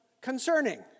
concerning